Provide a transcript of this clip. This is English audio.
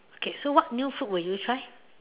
okay so what new food will you try